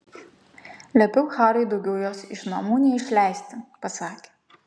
liepiau hariui daugiau jos iš namų neišleisti pasakė